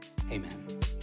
Amen